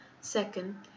Second